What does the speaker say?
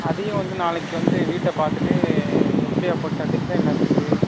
அதையும் வந்து நாளைக்கு வந்து வீட்டை பார்த்துட்டு எப்படியாப்பட்ட டிசைனில் இருக்குது